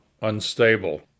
unstable